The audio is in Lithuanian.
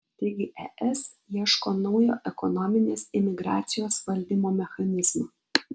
taigi es ieško naujo ekonominės imigracijos valdymo mechanizmo